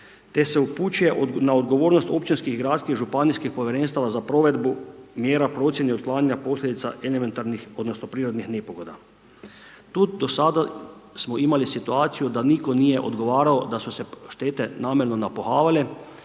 te se upućuje na odgovornost općinskih, gradskih i županijskih povjerenstava za provedbu mjera procjene otklanjanja posljedica elementarnih odnosno prirodnih nepogoda. Tu do sada smo imali situaciju da nitko nije odgovarao, da su se štete namjerno napuhavale,